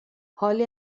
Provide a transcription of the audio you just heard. حالی